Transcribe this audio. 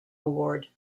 award